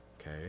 okay